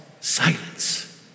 silence